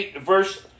verse